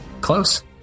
Close